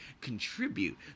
contribute